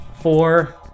four